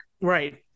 Right